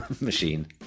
machine